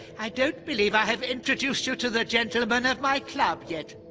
i don't believe i have introduced you to the gentlemen of my club yet.